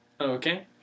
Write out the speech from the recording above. Okay